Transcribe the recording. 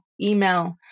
email